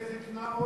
דמי זיקנה,